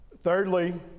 Thirdly